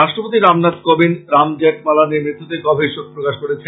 রাষ্ট্রপতি রামনাথ কোবিন্দ রাম জেঠমালানীর মৃত্যুতে গভীর শোক প্রকাশ করেছেন